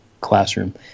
classroom